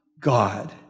God